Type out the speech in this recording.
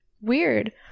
weird